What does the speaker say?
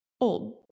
old